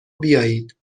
بیایید